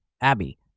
abby